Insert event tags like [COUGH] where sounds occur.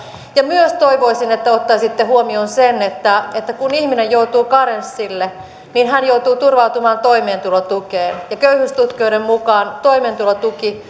ja toivoisin myös että ottaisitte huomioon sen että että kun ihminen joutuu karenssille niin hän joutuu turvautumaan toimeentulotukeen ja köyhyystutkijoiden mukaan toimeentulotuki [UNINTELLIGIBLE]